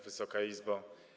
Wysoka Izbo!